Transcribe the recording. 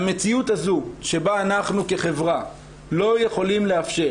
המציאות הזו שבה אנחנו כחברה לא יכולים לאפשר